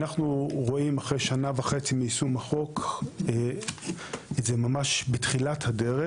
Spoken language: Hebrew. אנחנו רואים אחרי שנה וחצי מיישום החוק זה ממש בתחילת הדרך.